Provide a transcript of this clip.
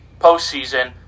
postseason